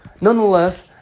Nonetheless